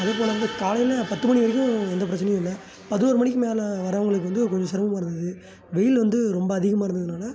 அதேபோல காலையில் பத்து மணி வரைக்கும் எந்த பிரச்சினையும் இல்லை பதினோரு மணிக்கு மேல் வரவங்களுக்கு வந்து கொஞ்சம் சிரமமா இருந்தது வெயில் வந்து ரொம்ப அதிகமாக இருந்ததினால